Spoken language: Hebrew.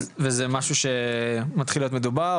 וזה משהו שמתחיל להיות מדובר,